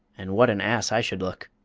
and what an ass i should look!